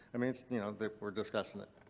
i mean it's. you know we're discussing it.